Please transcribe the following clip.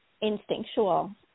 instinctual